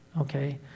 Okay